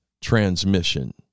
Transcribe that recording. transmission